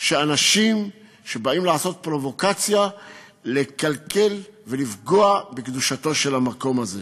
לאנשים שבאים לעשות פרובוקציה לקלקל ולפגוע בקדושתו של המקום הזה.